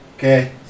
Okay